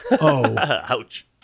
Ouch